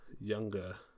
younger